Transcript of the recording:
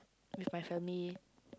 with my family